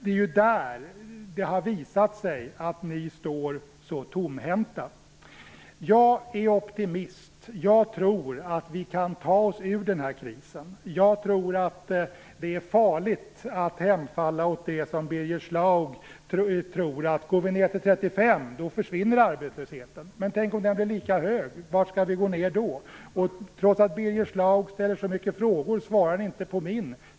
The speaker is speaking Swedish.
Det är just där det har visat sig att Socialdemokraterna står så tomhänta. Jag är optimist. Jag tror att vi kan ta oss ur krisen. Jag tror att det är farligt att hemfalla åt det som Birger Schlaug tror; att om vi går ned till 35 timmars arbetsvecka försvinner arbetslösheten. Men tänk om den förblir lika hög? Var skall vi då gå ned någonstans? Trots att Birger Schlaug ställer så många frågor svarar han inte på min.